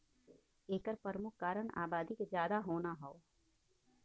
एकर परमुख कारन आबादी के जादा होना हौ